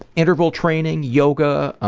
interval training, yoga,